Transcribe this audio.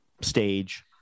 stage